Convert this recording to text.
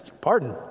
Pardon